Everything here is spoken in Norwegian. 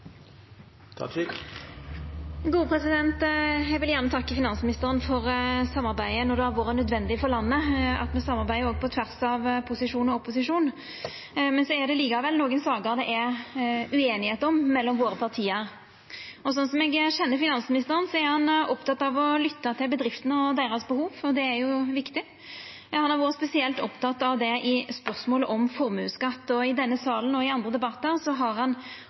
samarbeidet når det har vore nødvendig for landet at me òg samarbeider på tvers av posisjon og opposisjon. Så er det likevel nokre saker der det er ueinigheit mellom våre parti. Sånn eg kjenner finansministeren, er han oppteken av å lytta til bedriftene og deira behov, og det er viktig. Han har vore spesielt oppteken av det i spørsmålet om formuesskatt. I denne salen og i andre debattar har han ofte vist til eigarar han har